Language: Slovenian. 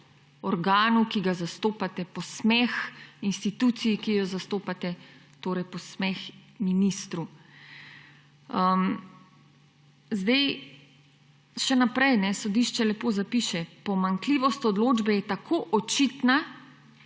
organu, ki ga zastopate, posmeh inštituciji, ki jo zastopate, torej posmeh ministru. Še naprej, sodišče lepo zapiše pomanjkljivost odločbe je tako očitna,